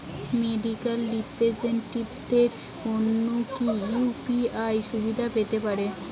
Medical রিপ্রেজন্টেটিভদের জন্য কি ইউ.পি.আই সুবিধা পেতে পারে?